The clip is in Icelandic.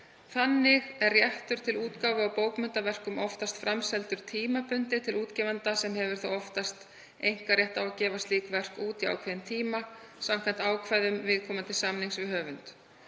Þannig er réttur til útgáfu á bókmenntaverkum oftast framseldur tímabundið til útgefanda sem hefur þá oftast einkarétt á að gefa slík verk út í ákveðinn tíma samkvæmt ákvæðum viðkomandi samnings við höfund.